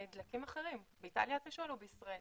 דלקים אחרים, אתה שואל על איטליה או על ישראל?